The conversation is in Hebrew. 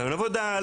ראיון עבודה,